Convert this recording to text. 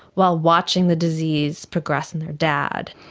while watching the disease progress in their dad.